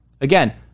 again